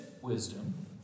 wisdom